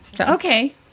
Okay